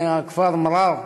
מהכפר מע'אר,